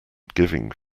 giving